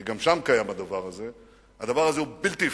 כי גם שם קיים הדבר הזה, הדבר הזה הוא בלתי אפשרי.